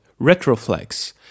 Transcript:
retroflex